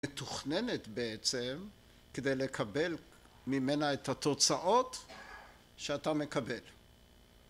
מתוכננת בעצם כדי לקבל ממנה את התוצאות שאתה מקבל